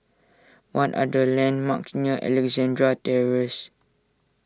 what are the landmarks near Alexandra Terrace